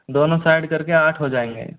दोनों साइड कर के आठ हो जाएंगे